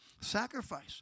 Sacrifice